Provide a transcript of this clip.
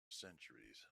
centuries